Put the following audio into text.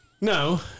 No